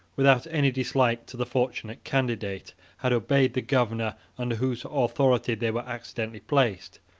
without any dislike to the fortunate candidate, had obeyed the governor under whose authority they were accidentally placed,